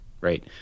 right